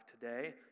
today